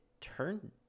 turn